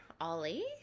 Ollie